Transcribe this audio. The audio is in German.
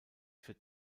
für